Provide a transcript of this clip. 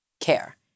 care